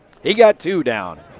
he got two down.